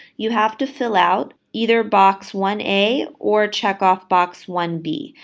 you have to fill out either box one a or check off box one b.